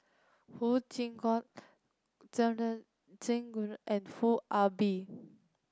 Huang Shiqi Joan and Foo Ah Bee